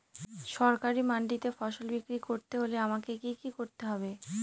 সরকারি মান্ডিতে ফসল বিক্রি করতে হলে আমাকে কি কি করতে হবে?